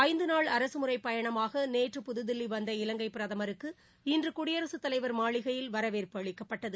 ஐந்து நாள் அரசு முறைப்பயணமாக நேற்று புதுதில்லி வந்த இலங்கை பிரதமருக்கு இன்று குடியரசுத் தலைவர் மாளிகையில் வரவேற்பு அளிக்கப்பட்டது